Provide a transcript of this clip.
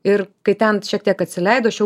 ir kai ten šiek tiek atsileido aš jau